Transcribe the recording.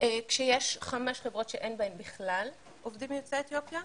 כשיש חמש חברות שאין בהן בכלל עובדים יוצאי אתיופיה.